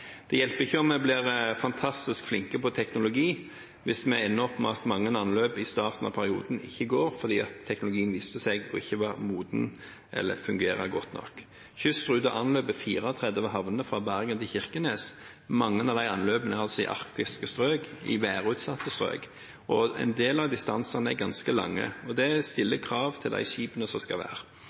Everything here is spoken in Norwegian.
Det hjelper ikke om vi blir fantastisk flinke på teknologi hvis vi ender opp med at mange anløp i starten av perioden ikke går fordi teknologien viste seg ikke å være moden eller fungere godt nok. Kystruten anløper 34 havner fra Bergen til Kirkenes. Mange av anløpene er altså i arktiske strøk, i værutsatte strøk, og en del av distansene er ganske lange, og det stiller krav til skipene.